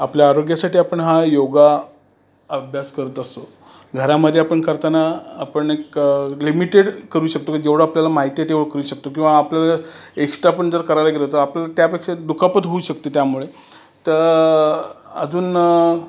आपल्या आरोग्यासाठी आपण हा योगा अभ्यास करत असतो घरामध्ये आपण करताना आपण एक लिमिटेड करू शकतो मग जेवढं आपल्याला माहिती आहे तेवढं करू शकतो किंवा आपल्याला एक्स्ट्रा पण जर करायला गेलं तर आपल्याला त्यापेक्षा दुखापत होऊ शकते त्यामुळे तर अजून